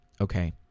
okay